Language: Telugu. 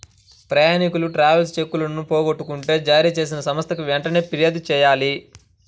ప్రయాణీకులు ట్రావెలర్స్ చెక్కులను పోగొట్టుకుంటే జారీచేసిన సంస్థకి వెంటనే పిర్యాదు చెయ్యాలి